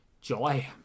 joy